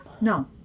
No